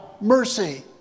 mercy